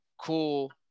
cool